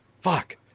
Fuck